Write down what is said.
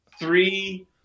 Three